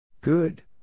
Good